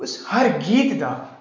ਉਸ ਹਰ ਗੀਤ ਦਾ